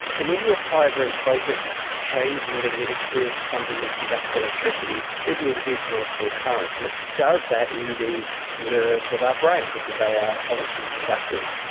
and when you apply a very focused changing magnetic field to something that conducts electricity, it will induce an electrical current, and it does that in the nerves of our brain because they are electrical conductors.